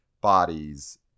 bodies